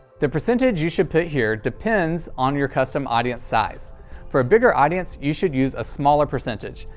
the percentage you should put here depends on your custom audience size for a bigger audience you should use a smaller percentage,